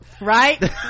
right